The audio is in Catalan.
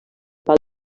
pal